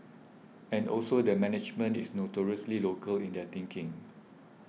and also the management is notoriously local in their thinking